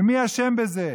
ומי אשם בזה?